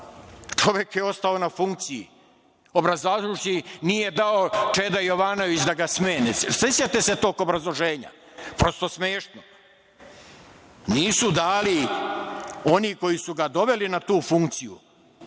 Čovek je ostao na funkciji obrazlažući da nije dao Čeda Jovanović da ga smene. Sećate se tog obrazloženja? Prosto smešno. Nisu dali oni koji su ga doveli na tu funkciju,